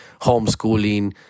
Homeschooling